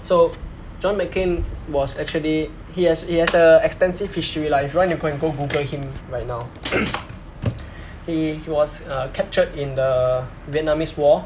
so john mccain was actually he has he has a extensive history lah if you want you can go google him right now he he was uh captured in the vietnamese war